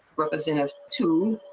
it doesn't have to.